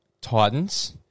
Titans